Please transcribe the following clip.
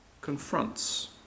confronts